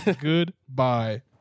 Goodbye